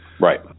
Right